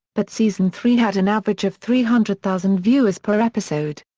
but season three had an average of three hundred thousand viewers per episode.